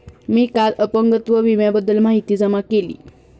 मी काल अपंगत्व विम्याबद्दल माहिती जमा केली